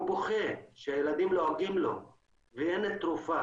והוא בוכה שהילדים לועגים לו ואין תרופה.